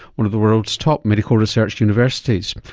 one of the world's top medical research universities.